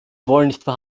wollten